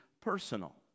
personal